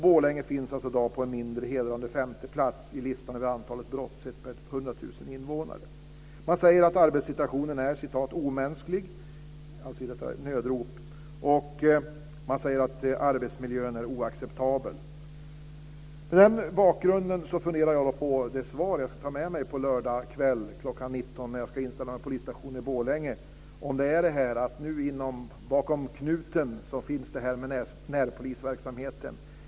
Borlänge finns i dag på en mindre hedrande femte plats i listan över antalet brott sett per 100 000 invånare. Man säger i detta nödrop att arbetssituationen är "omänsklig", och man säger att arbetsmiljön är oacceptabel. Mot den bakgrunden funderar jag på det svar jag ska ta med mig på lördag kväll kl. 19.00 när jag ska inställa mig på polisstationen i Borlänge. Är det att närpolisverksamheten finns bakom knuten?